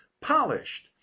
polished